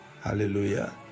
Hallelujah